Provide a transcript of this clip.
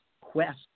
quest